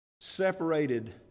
separated